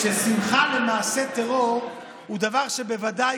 אני חושב ששמחה על מעשה טרור הוא דבר שבוודאי